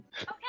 Okay